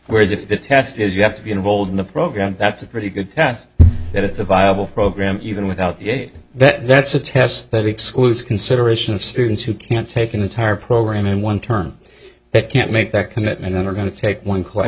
whereas if the task is you have to be involved in a program that's a pretty good path that it's a viable program even without that that's a test that excludes consideration of students who can't take an entire program in one term that can't make that commitment are going to take one